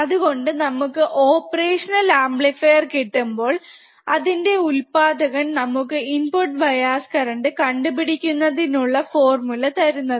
അത്കൊണ്ടാണ് നമുക്ക് operational amplifier കിട്ടുമ്പോൾ അതിൻറെ ഉത്പാദകൻ നമുക്ക് ഇൻപുട് ബയാസ് കറന്റ് കണ്ടുപിടിക്കുന്നതിനുള്ള ഫോർമുല തരുന്നത്